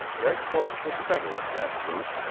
right towards the centre of that group,